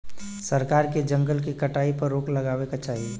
सरकार के जंगल के कटाई पर रोक लगावे क चाही